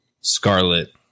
scarlet